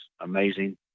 amazing